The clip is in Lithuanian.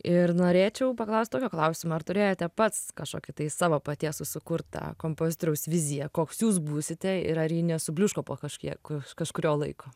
ir norėčiau paklaust tokio klausimo ar turėjote pats kažkokį tai savo paties susikurtą kompozitoriaus viziją koks jūs būsite ir ar ji nesubliuško po kažkiek kažkurio laiko